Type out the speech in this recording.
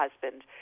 husband